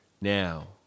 now